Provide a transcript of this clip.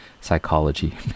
psychology